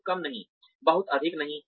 बहुत कम नहीं बहुत अधिक नहीं